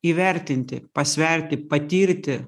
įvertinti pasverti patirti